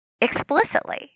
explicitly